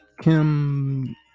Kim